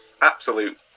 absolute